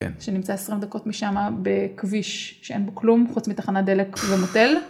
שנמצא עשרה דקות משם בכביש שאין בו כלום חוץ מתחנה דלק ומוטל.